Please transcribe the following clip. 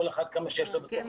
כל אחד כמה שיש לו בכיתה,